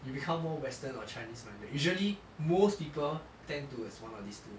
you become more western or chinese minded usually most people tend towards one of these two